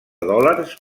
dòlars